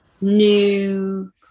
new